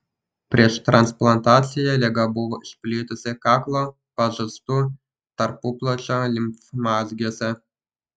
prieš transplantaciją liga buvo išplitusi kaklo pažastų tarpuplaučio limfmazgiuose